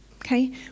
Okay